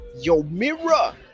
Yomira